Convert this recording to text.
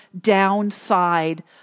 downside